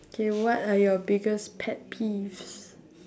K what are your biggest pet peeves